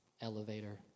Elevator